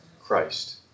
Christ